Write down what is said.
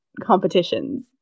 competitions